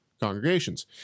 congregations